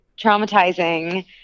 traumatizing